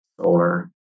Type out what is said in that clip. solar